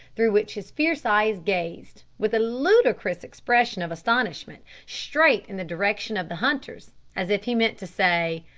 through which his fierce eyes gazed, with a ludicrous expression of astonishment, straight in the direction of the hunters, as if he meant to say,